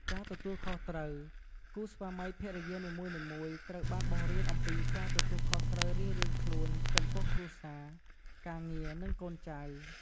ការទទួលខុសត្រូវ គូស្វាមីភរិយានីមួយៗត្រូវបានបង្រៀនអំពីការទទួលខុសត្រូវរៀងៗខ្លួនចំពោះគ្រួសារ ការងារ និងកូនចៅ។